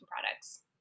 products